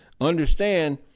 understand